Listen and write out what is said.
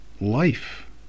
life